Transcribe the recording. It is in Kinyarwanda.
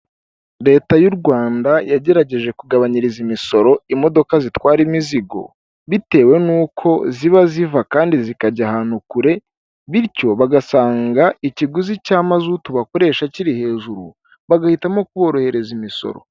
Leta y'u Rwanda yagerageje kugabanyiriza imisoro imodoka zitwara imizigo bitewe nuko ziba ziva kandi zikajya ahantu kure bityo bagasanga ikiguzi cy'amazutu bakoresha kiri hejuru bagahitamo kuborohereza imisoro.